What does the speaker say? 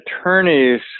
attorneys